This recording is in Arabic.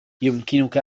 يمكنك